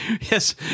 Yes